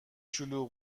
شلوغ